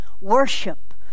Worship